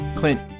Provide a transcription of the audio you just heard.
Clint